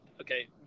Okay